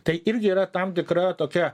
tai irgi yra tam tikra tokia